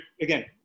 again